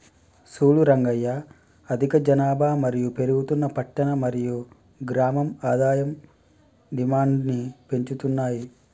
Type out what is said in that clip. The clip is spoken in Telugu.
సూడు రంగయ్య అధిక జనాభా మరియు పెరుగుతున్న పట్టణ మరియు గ్రామం ఆదాయం డిమాండ్ను పెంచుతున్నాయి